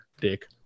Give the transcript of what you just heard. Dick